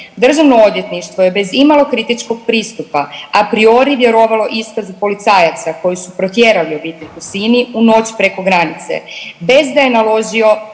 državno odvjetništvo je bez imalo kritičkog pristupa a priori vjerovalo iskazu policajaca koji su protjerali obitelj Husini u noć preko granice, bez da je naložio